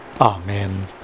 Amen